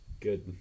Good